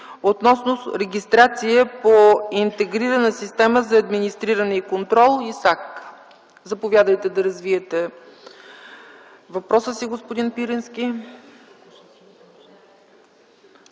относно регистрация по Интегрираната система за администриране и контрол (ИСАК). Заповядайте да развиете въпроса си, господин Пирински.